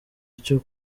cyo